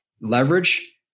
leverage